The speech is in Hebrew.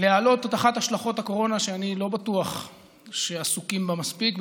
להעלות את אחת מהשלכות הקורונה שאני לא בטוח שעסוקים בה מספיק,